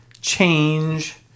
Change